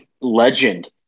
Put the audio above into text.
legend